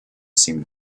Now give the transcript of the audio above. seemed